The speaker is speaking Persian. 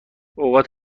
اوقات